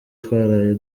twaraye